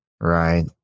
right